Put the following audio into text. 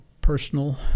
personal